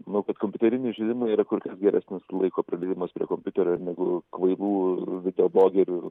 manau kad kompiuteriniai žaidimai yra kur geresnis laiko praleidimas prie kompiuterio ar negu kvailų video blogerių